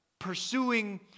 pursuing